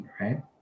Right